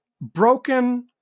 broken